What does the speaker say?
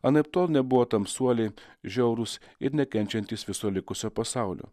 anaiptol nebuvo tamsuoliai žiaurūs ir nekenčiantys viso likusio pasaulio